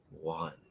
one